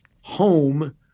home